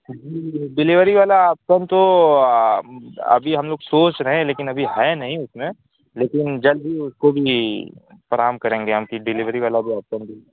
delivery delivery والا option تو ابھی ہم لوگ سوچ رہے ہیں لیکن ابھی ہے نہیں اس میں لیکن جلد ہی اس کو بھی فراہم کریں گے ہم کی ڈلیوری والا بھی آپشن